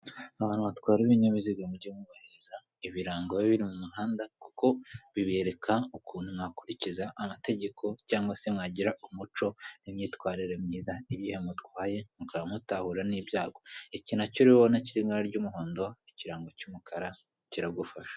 Abantu batwara ibinyabiziga mujye mwubahiriza ibirango biba biri m'umuhanda kuko bibereka ukuntu mwakurikiza amategeko cyangwa se mwagira umuco n'imyitwarire myiza nk'igihe mutwaye mukaba mutahura n'ibyago, iki nacyo ubona kiri mu ibara ry'umuhondo ikirango cy'umukara kiragufasha.